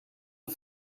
een